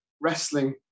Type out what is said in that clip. wrestling